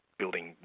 building